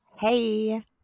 hey